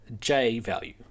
J-value